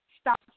stop